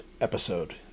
episode